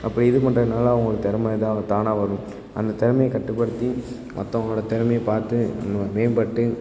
அப்போ இது பண்ணுறதுனால அவங்களுக்கு தெறமை இதாக தானாக வரும் அந்த திறமைய கட்டுப்படுத்தி மற்றவங்களோட திறமைய பார்த்து மேம்பட்டு